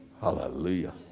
hallelujah